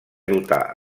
dotar